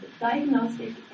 diagnostic